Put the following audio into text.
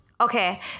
Okay